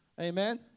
amen